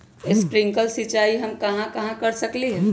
Sprinkle सिंचाई हम कहाँ कहाँ कर सकली ह?